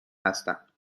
هستم